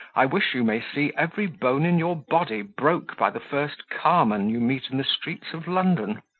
i wish you may see every bone in your body broke by the first carman you meet in the streets of london.